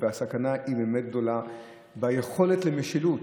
והסכנה הם באמת גדולים, ליכולת המשילות.